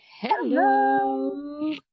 Hello